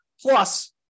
Plus